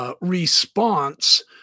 response